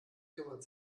kümmert